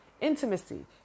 intimacy